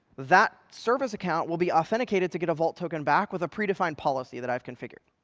that service account will be authenticated to get a vault token back with a predefined policy that i've configured.